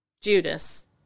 Judas